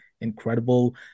incredible